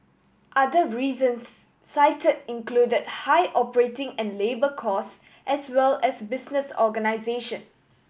other reasons cite included high operating and labour costs as well as business organisation